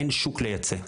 אין שוק לייצא.